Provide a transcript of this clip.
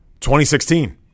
2016